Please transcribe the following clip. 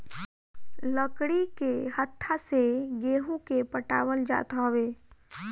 लकड़ी के हत्था से गेंहू के पटावल जात हवे